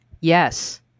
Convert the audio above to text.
Yes